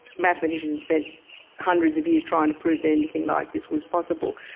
mathematicians spent hundreds of years trying to prove that anything like this was possible.